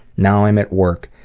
now i'm at work,